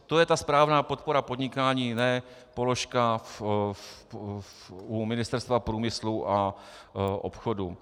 To je ta správná podpora podnikání, ne položka u Ministerstva průmyslu a obchodu.